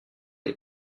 les